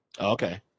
okay